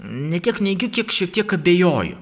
ne tiek neigiu kiek šiek tiek abejoju